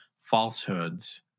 falsehoods